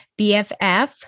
BFF